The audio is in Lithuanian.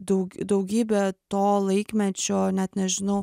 daug daugybė to laikmečio net nežinau